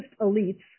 elites